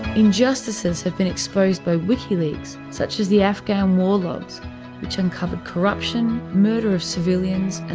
injustices have been exposed by wikileaks, such as the afghan war logs which uncovered corruption, murder of civilians, and